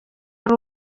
ari